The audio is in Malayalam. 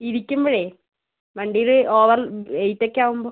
ഇരിക്കുമ്പോഴേ വണ്ടിയിൽ ഓവറ് വെയ്റ്റൊക്കെ ആവുമ്പോൾ